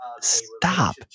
Stop